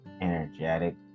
Energetic